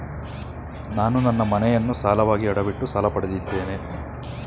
ನಾನು ನನ್ನ ಮನೆಯನ್ನು ಸಾಲವಾಗಿ ಅಡವಿಟ್ಟು ಸಾಲ ಪಡೆದಿದ್ದೇನೆ